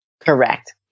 Correct